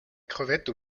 crevette